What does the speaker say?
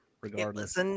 regardless